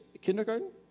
kindergarten